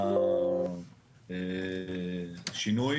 השינוי